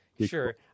Sure